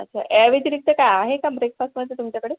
तर या व्यतिरिक्त काय आहे का ब्रेकफास्टमध्ये तुमच्याकडे